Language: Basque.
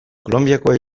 kolonbiakoa